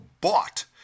bought